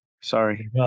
sorry